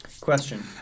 question